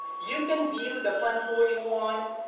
you can view the fund forty one,